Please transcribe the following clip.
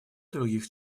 других